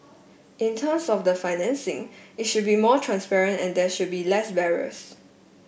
in terms of the financing it should be more transparent and there should be less barriers